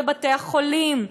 בבתי-החולים,